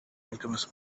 alchemist